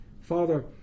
Father